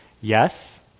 yes